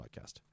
podcast